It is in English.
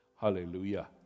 Hallelujah